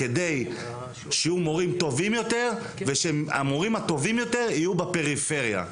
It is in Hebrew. כדי שיהיו מורים טובים יותר ושהמורים הטובים יותר יהיו בפריפריה?